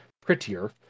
prettier